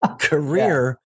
career